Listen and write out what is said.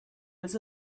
was